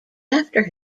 after